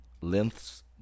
lengths